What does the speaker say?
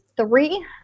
three